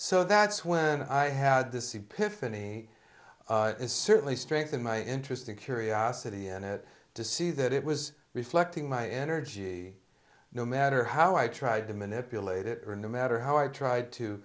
so that's when i had this epiphany is certainly strengthen my interest in curiosity and it to see that it was reflecting my energy no matter how i tried to manipulate it or no matter how i tried to